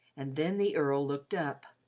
and then the earl looked up.